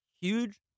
huge